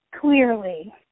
clearly